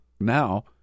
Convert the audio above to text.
now